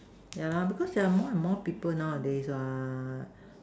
yeah lah because there are more and more people nowadays what